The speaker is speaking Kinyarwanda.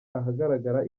ahagaragara